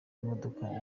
imodoka